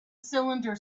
cylinder